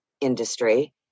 industry